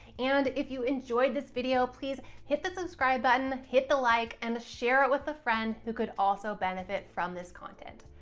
and if you enjoyed this video, please hit the subscribe button, hit the like, and share it with a friend who could also benefit from this content.